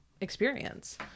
experience